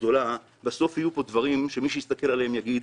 גדולה בסוף ופה דברים שמי שיסתכל עליהם יגיד